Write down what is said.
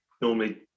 normally